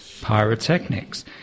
Pyrotechnics